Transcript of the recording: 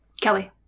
Kelly